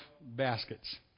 baskets